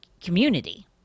community